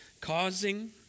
causing